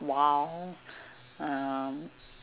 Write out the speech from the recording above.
wild um